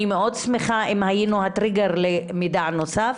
אני מאוד שמחה אם היינו הטריגר למידע נוסף.